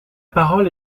parole